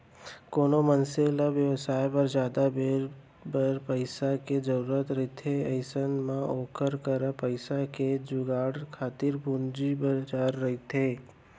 कोनो मनसे ल बेवसाय बर जादा बेरा बर पइसा के जरुरत रहिथे अइसन म ओखर करा पइसा के जुगाड़ खातिर पूंजी बजार रहिथे